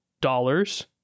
dollars